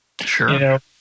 Sure